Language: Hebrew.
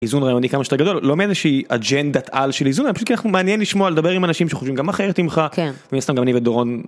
איזון רעיוני כמה שיותר גדול לא מאיזה שהיא אג'נדת על של איזונים. פשוט כי אנחנו מעניין לשמוע לדבר עם אנשים שחושבים גם אחרת ממך. מן הסתם גם אני ודורון